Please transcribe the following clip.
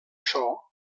ciò